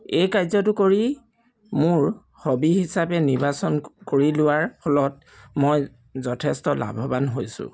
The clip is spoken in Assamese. এই কাৰ্যটো কৰি মোৰ হবি হিচাপে নিৰ্বাচন কৰি লোৱাৰ ফলত মই যথেষ্ট লাভৱান হৈছোঁ